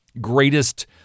greatest